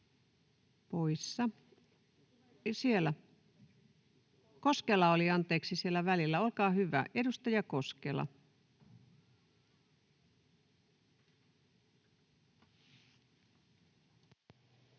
poissa. — Anteeksi, Koskela oli siellä välillä. Olkaa hyvä, edustaja Koskela.